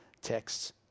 texts